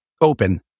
open